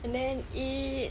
and then eat